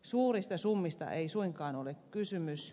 suurista summista ei suinkaan ole kysymys